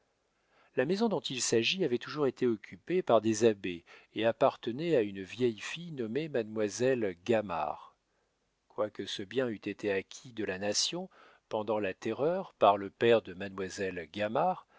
la maison dont il s'agit avait toujours été occupée par des abbés et appartenait à une vieille fille nommée mademoiselle gamard quoique ce bien eût été acquis de la nation pendant la terreur par le père de mademoiselle